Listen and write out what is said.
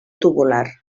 tubular